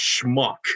schmuck